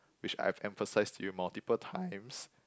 which I've emphasized to you multiple times